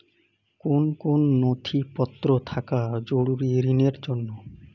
কোন কোন নথিপত্র থাকা জরুরি ঋণের জন্য?